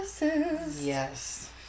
Yes